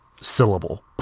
syllable